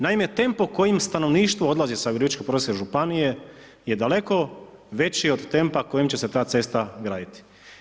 Naime, tempo kojim stanovništvo odlazi sa Virovitičko-podravske županije je daleko veći od tempa kojim će se ta cesta graditi.